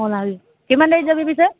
ওলাবি কিমান দেৰিত যাবি পিছে